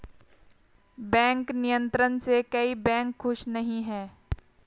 bank नियंत्रण से कई बैंक खुश नही हैं